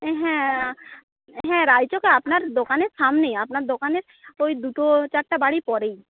হ্যাঁ হ্যাঁ রায়চকে আপনার দোকানের সামনেই আপনার দোকানের ওই দুটো চারটা বাড়ি পরেই